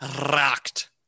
rocked